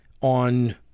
on